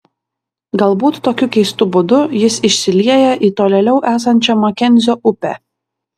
galbūt tokiu keistu būdu jis išsilieja į tolėliau esančią makenzio upę